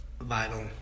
vital